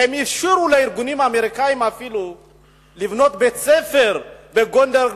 הם אפילו אפשרו לארגונים האמריקניים לבנות בית-ספר בגונדר,